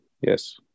Yes